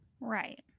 Right